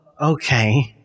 Okay